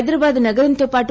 హైదరాబాద్ నగరంతో పాటు